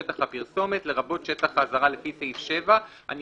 "שטח הפרסומת" לרבות שטח האזהרה לפי סעיף 7"; אדוני,